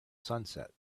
sunset